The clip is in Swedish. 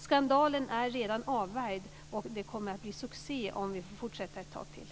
Skandalen är alltså redan avvärjd, och det kommer att bli succé som vi får fortsätta ett tag till.